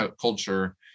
culture